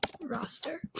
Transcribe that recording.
roster